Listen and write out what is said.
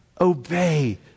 obey